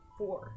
four